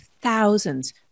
thousands